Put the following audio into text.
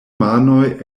manoj